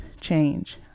change